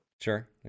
sure